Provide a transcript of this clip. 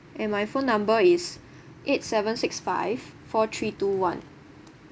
and my phone number is eight seven six five four three two one